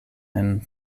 and